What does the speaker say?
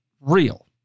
real